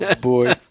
boy